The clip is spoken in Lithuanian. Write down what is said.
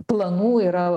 planų yra